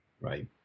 right